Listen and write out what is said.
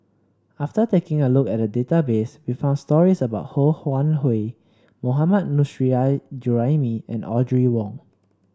after taking a look at the database we found stories about Ho Wan Hui Mohammad Nurrasyid Juraimi and Audrey Wong